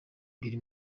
biri